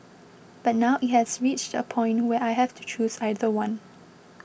but now it has reached a point where I have to choose either one